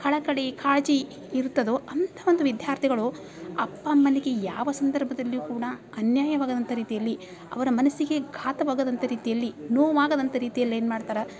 ಕಳಕಳಿ ಕಾಳಜಿ ಇರ್ತದೊ ಅಂಥ ಒಂದು ವಿದ್ಯಾರ್ಥಿಗಳು ಅಪ್ಪ ಅಮ್ಮನಿಗೆ ಯಾವ ಸಂದರ್ಭದಲ್ಲಿಯೂ ಕೂಡ ಅನ್ಯಾಯವಾಗದಂಥ ರೀತಿಯಲ್ಲಿ ಅವರ ಮನಸ್ಸಿಗೆ ಘಾತವಗದಂಥ ರೀತಿಯಲ್ಲಿ ನೋವಾಗದಂಥ ರೀತಿಯಲ್ಲಿ ಏನು ಮಾಡ್ತಾರೆ